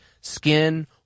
Skin